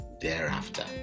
thereafter